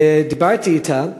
דיברתי אתה,